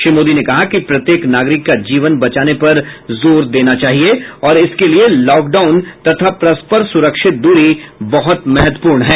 श्री मोदी ने कहा कि प्रत्येक नागरिक का जीवन बचाने पर जोर देना चाहिए और इसके लिए लॉकडाउन तथा परस्पर सुरक्षित दूरी बहुत महत्वपूर्ण है